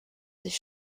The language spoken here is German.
sich